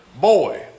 Boy